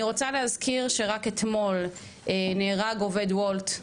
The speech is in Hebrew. אני רוצה להזכיר שרק אתמול נהרג עובד Wolt,